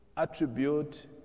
Attribute